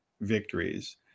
victories